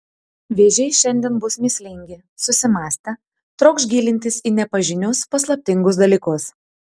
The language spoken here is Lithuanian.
vėžiai šiandien bus mįslingi susimąstę trokš gilintis į nepažinius paslaptingus dalykus